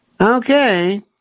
Okay